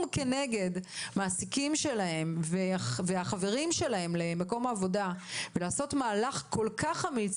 כנגד מעסיקים שלהם וחבריהם למקום העבודה ולעשות מהלך כל כך אמיץ,